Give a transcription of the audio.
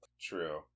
True